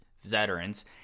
Veterans